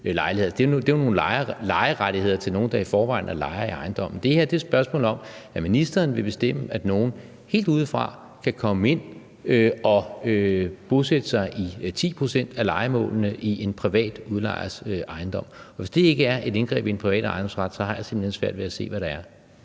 det er jo nogle lejerettigheder til nogle, der i forvejen er lejere i ejendommen. Men det her er et spørgsmål om, at ministeren vil bestemme, at nogen helt udefra kan komme ind og bosætte sig i 10 pct. af lejemålene i en privat udlejers ejendom, og hvis det ikke er et indgreb i den private ejendomsret, så har jeg simpelt hen svært ved at se, hvad det er.